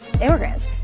immigrants